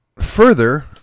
further